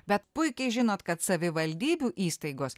bet puikiai žinot kad savivaldybių įstaigos